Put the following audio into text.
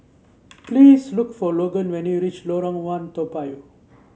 please look for Logan when you reach Lorong One Toa Payoh